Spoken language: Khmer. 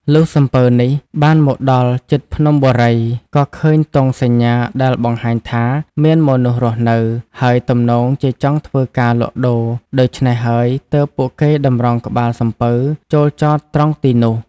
លុះសំពៅនេះបានមកដល់ជិតភ្នំបូរី ក៏ឃើញទង់សញ្ញាដែលបង្ហាញថាមានមនុស្សរស់នៅ ហើយទំនងជាចង់ធ្វើការលក់ដូរ ដូច្នេះហើយទើបពួកគេតម្រង់ក្បាលសំពៅចូលចតត្រង់ទីនោះ។